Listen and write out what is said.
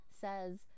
says